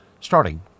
starting